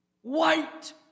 white